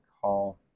call